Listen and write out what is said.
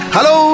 Hello